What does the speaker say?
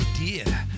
idea